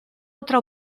otra